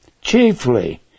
Chiefly